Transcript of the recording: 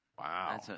Wow